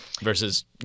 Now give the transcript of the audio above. versus